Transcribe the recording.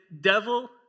devil